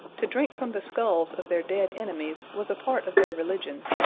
to drink from the skulls of their dead enemies was a part of their religion,